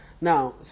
Now